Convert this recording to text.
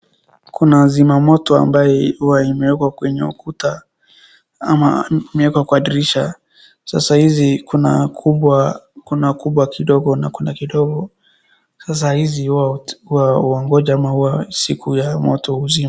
Kuna zima moto ambaye huwa imewekwa kwenye ukuta ama imewekwa kwa dirisha. Sasa hivi kuna kubwa kidogo na kuna kidogo. Sasa hizi hua huongoja ama hua siku ya moto.